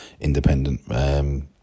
Independent